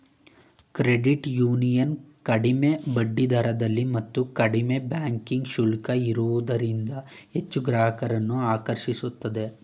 credit union ಕಡಿಮೆ ಬಡ್ಡಿದರದಲ್ಲಿ ಮತ್ತು ಕಡಿಮೆ ಬ್ಯಾಂಕಿಂಗ್ ಶುಲ್ಕ ಇರೋದ್ರಿಂದ ಹೆಚ್ಚು ಗ್ರಾಹಕರನ್ನು ಆಕರ್ಷಿಸುತ್ತಿದೆ